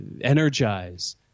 energize